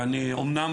אמנם,